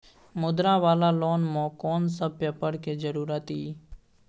मुद्रा वाला लोन म कोन सब पेपर के जरूरत इ?